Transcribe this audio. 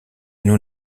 nous